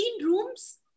rooms